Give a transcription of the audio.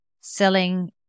selling